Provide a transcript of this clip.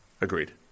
agreed